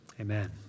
Amen